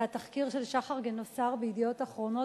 והתחקיר של שחר גינוסר ב"ידיעות אחרונות",